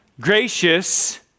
gracious